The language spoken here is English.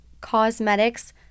Cosmetics